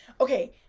okay